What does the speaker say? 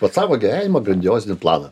vat savo gyvenimo grandiozinį planą